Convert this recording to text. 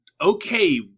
okay